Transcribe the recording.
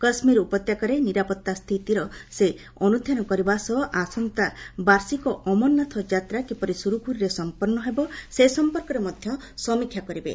କାଶ୍କୀର ଉପତ୍ୟକାରେ ନିରାପତ୍ତା ସ୍ଥିତି ସେ ଅନୁଧ୍ଧାନ କରିବା ସହ ଆସନ୍ତା ବାର୍ଷିକ ଅମରନାଥ ଯାତ୍ରା କିପରି ସୁରୁଖୁରୁରେ ସମ୍ପନ୍ନ ହେବ ସେ ସମ୍ପର୍କରେ ମଧ୍ୟ ସମୀକ୍ଷା କରିବେ